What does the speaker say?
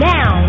Now